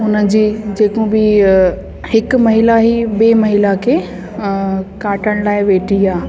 उन जी जेकूं बि हिक महिला ई ॿी महिला खे अ काटण लाइ वेठी आहे